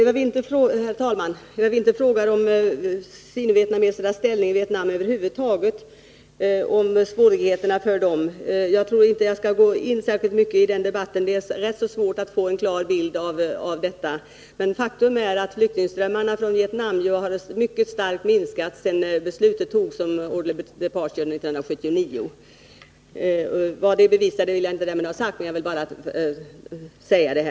Herr talman! Eva Winther frågar om sino-vietnamesernas ställning i Vietnam över huvud taget och om deras svårigheter. Jag tror inte att jag skall gå in särskilt mycket i den debatten, för det är ganska svårt att få en klar bild av hur de har det. Men faktum är att flyktingströmmarna från Vietnam har minskat mycket kraftigt efter beslutet 1979 om ”orderly departure”. Jag vill därmed inte ha sagt vad det skulle bevisa, utan jag vill bara nämna detta.